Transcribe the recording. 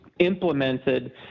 implemented